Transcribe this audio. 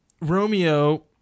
Romeo